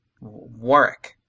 Warwick